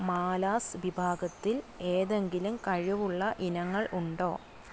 malas വിഭാഗത്തിൽ ഏതെങ്കിലും കിഴിവുള്ള ഇനങ്ങൾ ഉണ്ടോ